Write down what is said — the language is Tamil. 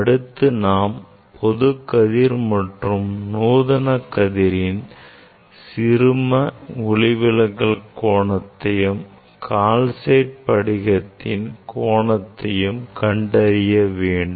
அடுத்து நாம் பொதுக் கதிர் மற்றும் நூதன கதிரின் சிறும ஒளிவிலகல் கோணத்தையும் கால் சைட் படிகத்தின் கோணத்தையும் கண்டறிய வேண்டும்